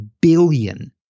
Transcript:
billion